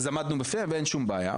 אז אין שום בעיה.